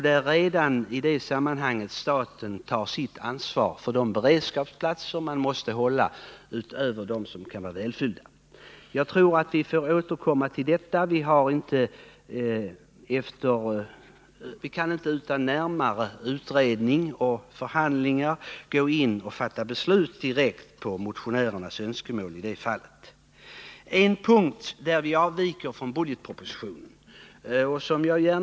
Här är staten tvungen att ta sitt ansvar för de beredskapsplatser som måste finnas utöver dem som utnyttjas. Jag tror att vi får återkomma till detta. Utan närmare utredning och förhandlingar kan vi inte gå in och fatta beslut på basis av motionärernas önskemål. På en punkt avviker vi från budgetpropositionen, nämligen beträffande Norrvikens trädgårdar.